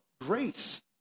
grace